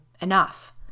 enough